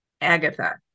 Agatha